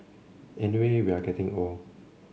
anyway we are getting old